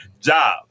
job